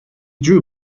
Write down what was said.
drew